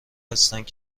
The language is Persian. هستند